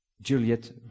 Juliet